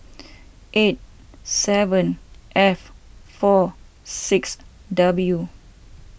eight seven F four six W